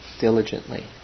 diligently